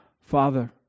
Father